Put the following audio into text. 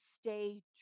stay